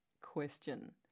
question